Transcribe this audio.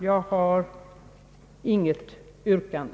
Jag har inte något yrkande.